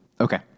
Okay